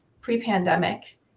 pre-pandemic